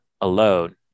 alone